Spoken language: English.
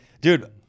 Dude